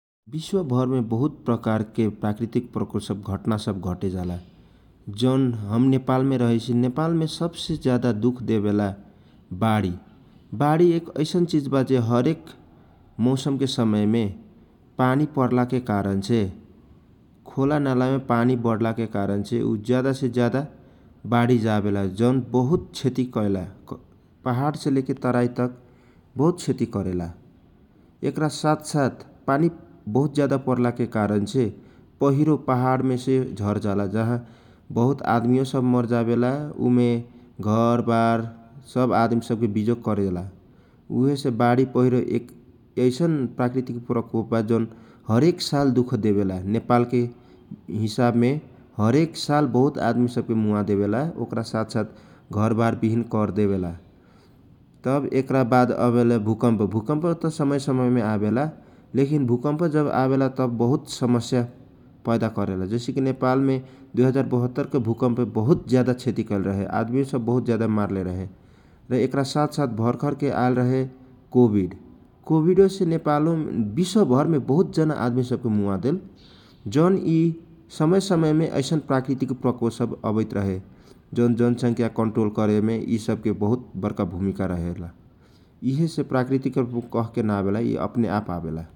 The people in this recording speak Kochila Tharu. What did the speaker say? विश्वभर मे बहुत प्राकृति प्रकोप घटनासम्म घटेजाला जौन हम नेपालमे रहैसी । नेपाल मे सबसे ज्यादा दुख देवेला बाडी । बाडी एक ऐसन चिज बा हरेक मौसमके समयमे पानी परलाके कारणसे खोला नाला ने पानी बढलाके कारणसे ऊ ज्यादा से ज्यादा बाढी जावेला जौन बहुत क्षति कैला । पहाडसे लेके तराइतक बहुत क्षति करेला ऐकरा साथ साथ पानी बहुत ज्यादा परलाके कारणसे पहिरो पहाडमे से झरजाला जहाँ बहुत आदमीयो सब मर जावेला, उमे घरबार सक आदमी सबके विजोग करेला । उहेसे बाढी पहिरो एक प्राकृतिक प्रकोप बा जौन हरेक साल दुख देवेला । नेपाल के हिसाबमे हरेक साल बहुत आदमी सब के मुवा देवेला ओकरा साथ साथ घरवार विहीन करदेवेला तब एकरा वाद आवेला भुकम्प, भुकम्प त समय समय मे आवेला लेकिन जब भुकम्प आवेला तब बहुत समस्या करेला जैसे कि नेपाल मे दु हजार बहत्तरके भुकम्प बहुत ज्यादा क्षति कलेरहै, आदमीय सब बहुत ज्यादा मरले रहे ।र् एकरा साथ साथ भखरके आल रहे कोभिड । कोभिडो से नेपालमे विश्वभर बहुत जना आदमी सब के मुवादेल । जौन यि समय समय ऐसन प्राकृतिक प्रकोप सब अबैत रहे जौन जौन संख्या कनट्रोल करेने यि सबके बहुत बर्का भुमिका रहेला । यि हे सब कहके न आवेला, अपने आप आवेला ।